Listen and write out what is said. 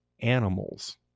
animals